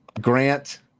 Grant